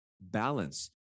balance